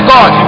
God